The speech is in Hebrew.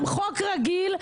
חוק רגיל,